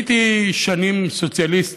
הייתי שנים סוציאליסט.